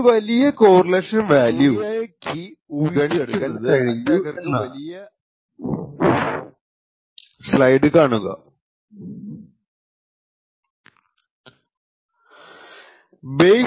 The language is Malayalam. ഒരു വലിയ കോറിലേഷൻ വാല്യൂ ഗണിക്കുന്നത് അറ്റാക്കർക്കു ശരിയായി കീ ഊഹിച്ചെടുക്കാൻ കഴിഞ്ഞു എന്നാണ്